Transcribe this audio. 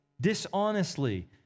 dishonestly